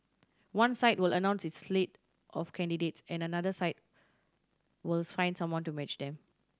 one side will announce its slate of candidates and the another side will finds someone to match them